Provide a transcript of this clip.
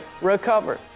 recover